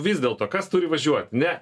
vis dėlto kas turi važiuot ne